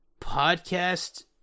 podcast